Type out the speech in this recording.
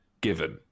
Given